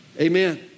Amen